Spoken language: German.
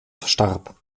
starb